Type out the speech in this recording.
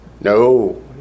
No